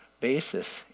basis